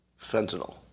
fentanyl